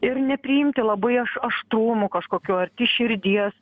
ir nepriimti labai aš aštrumų kažkokių arti širdies